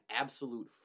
absolute